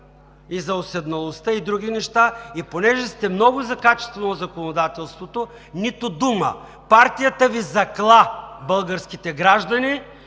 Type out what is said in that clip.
и за уседналостта, и други неща. И понеже сте много „за“ качество в законодателството, нито дума – партията Ви „закла“ българските граждани,